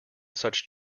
such